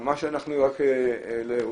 מה שאנחנו לא יודעים,